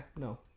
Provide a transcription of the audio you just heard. no